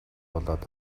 болоод